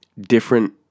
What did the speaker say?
different